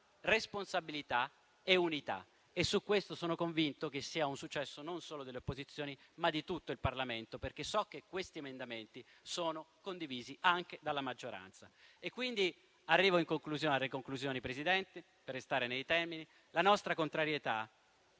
responsabilità e unità. Sono convinto che questo sia un successo non solo delle opposizioni, ma di tutto il Parlamento, perché so che questi emendamenti sono condivisi anche dalla maggioranza. In conclusione, signor Presidente, per restare nei termini, la nostra contrarietà